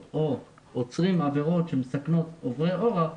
או עוצרים עבירות שמסכנות עורי אורח,